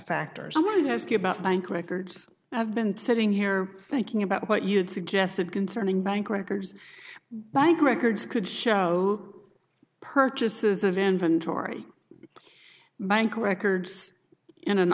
ask you about bank records i've been sitting here thinking about what you had suggested concerning bank records bank records could show purchases of inventory bank records in an